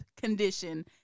condition